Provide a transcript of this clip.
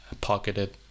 pocketed